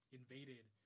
invaded